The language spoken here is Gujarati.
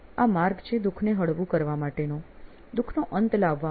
આ માર્ગ છે દુખને હળવું કરવા માટેનો દુખનો અંત લાવવા માટે